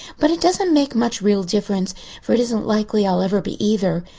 but it doesn't make much real difference for it isn't likely i'll ever be either.